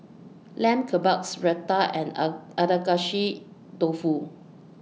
Lamb Kebabs Raita and Agedashi Dofu